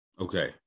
Okay